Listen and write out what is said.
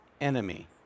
Enemy